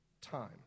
time